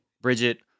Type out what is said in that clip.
Bridget